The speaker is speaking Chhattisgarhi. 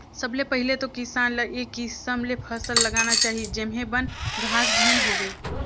सबले पहिले तो किसान ल ए किसम ले फसल लगाना चाही जेम्हे बन, घास झेन होवे